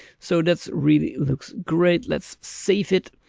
so that's really looks great. let's save it.